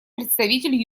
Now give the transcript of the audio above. представитель